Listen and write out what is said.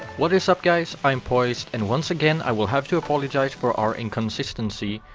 what is up guys, i'm poised, and once again i will have to apologize for our inconsistency,